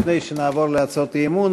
לפני שנעבור להצעות אי-אמון,